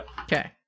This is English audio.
Okay